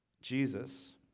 Jesus